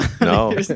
No